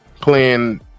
playing